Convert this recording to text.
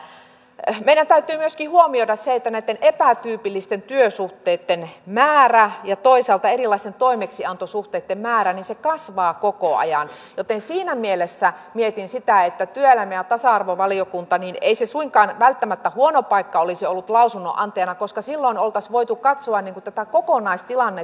meidän täytyy myöskin huomioida se että näitten epätyypillisten työsuhteitten määrä ja toisaalta erilaisten toimeksiantosuhteitten määrä kasvaa koko ajan joten siinä mielessä mietin sitä että työelämä ja tasa arvovaliokunta ei suinkaan välttämä huono paikka olisi ollut lausunnonantajana koska silloin oltaisiin voitu katsoa kokonaistilannetta